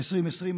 ב-2020,